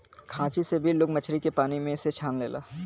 खांची से भी लोग मछरी के पानी में से छान लेला